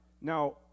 Now